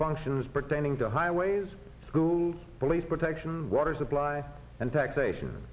functions pertaining to highways schools police protection water supply and taxation